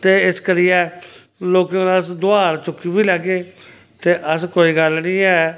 ते इस करियै लोकें कोला अस दुहार चुक्की बी लैगे ते अस कोई गल्ल निं ऐ